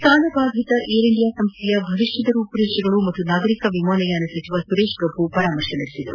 ಸಾಲಬಾಧಿತ Air India ಸಂಸ್ಥೆಯ ಭವಿಷ್ಣದ ರೂಪುರೇಷೆ ಕುರಿತು ನಾಗರಿಕ ವಿಮಾನಯಾನ ಸಚಿವ ಸುರೇಶ್ ಪ್ರಭು ಪರಾಮರ್ಶೆ ನಡೆಸಿದರು